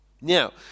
Now